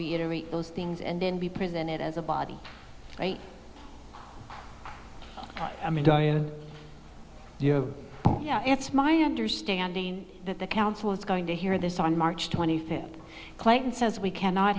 reiterate those things and then be presented as a body i mean it's my understanding that the council is going to hear this on march twenty fifth clayton says we cannot